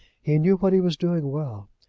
he knew what he was doing well,